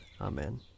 Amen